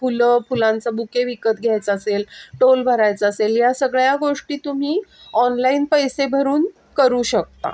फुलं फुलांचा बुके विकत घ्यायचा असेल टोल भरायचा असेल या सगळ्या गोष्टी तुम्ही ऑनलाईन पैसे भरून करू शकता